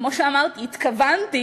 כמו שאמרתי, התכוונתי